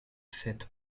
fêtes